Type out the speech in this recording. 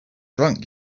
drunk